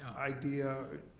idea,